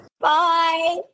bye